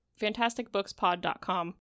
Fantasticbookspod.com